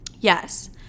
yes